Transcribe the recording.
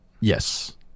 Yes